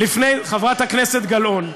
חברת הכנסת גלאון,